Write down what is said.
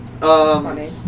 Funny